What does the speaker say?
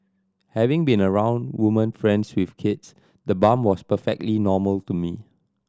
having been around woman friends with kids the bump was perfectly normal to me